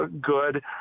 good